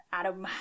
Adam